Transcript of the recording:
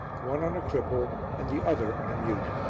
one on a cripple and the other on a mute.